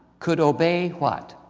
could obey, what.